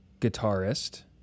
guitarist